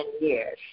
years